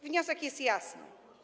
Wniosek jest jasny.